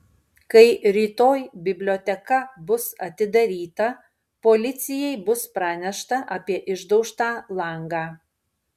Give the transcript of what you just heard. kai rytoj biblioteka bus atidaryta policijai bus pranešta apie išdaužtą langą